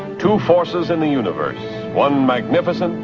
two forces in the universe one magnificent,